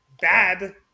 Bad